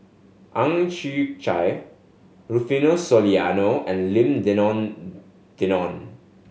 Ang Chwee Chai Rufino Soliano and Lim Denan Denon